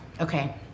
Okay